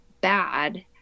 bad